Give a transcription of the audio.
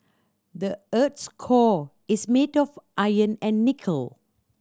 the earth's core is made of iron and nickel